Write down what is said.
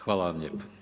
Hvala vam lijepo.